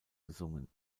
gesungen